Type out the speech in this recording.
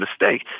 mistake